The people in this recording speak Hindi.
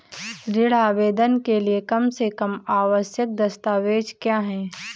ऋण आवेदन के लिए कम से कम आवश्यक दस्तावेज़ क्या हैं?